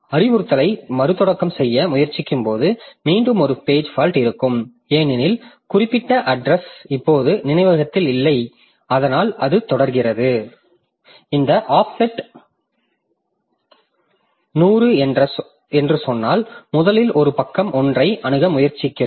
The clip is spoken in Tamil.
அறிவுறுத்தலை மறுதொடக்கம் செய்ய முயற்சிக்கும்போது மீண்டும் ஒரு பேஜ் ஃபால்ட் இருக்கும் ஏனெனில் குறிப்பிட்ட அட்ரஸ் இப்போது நினைவகத்தில் இல்லை அதனால் அது தொடர்கிறது இந்த ஆஃப்செட் 100 என்று சொன்னால் முதலில் ஒரு பக்கம் 1 ஐ அணுக முயற்சித்தேன்